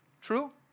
True